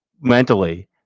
mentally